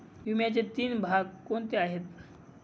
विम्याचे तीन भाग कोणते आहेत?